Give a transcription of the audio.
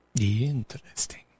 Interesting